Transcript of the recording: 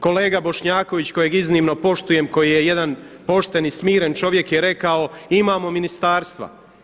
Kolega Bošnjaković kojeg iznimno poštujem, koji je jedan pošten i smiren čovjek je rekao imamo ministarstva.